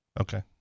Okay